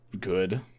good